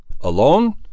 alone